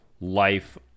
life